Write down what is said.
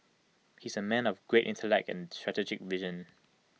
he is A man of great intellect and strategic vision